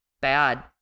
Bad